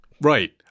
Right